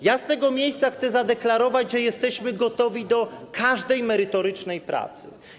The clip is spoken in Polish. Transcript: Ja z tego miejsca chcę zadeklarować, że jesteśmy gotowi do każdej merytorycznej pracy.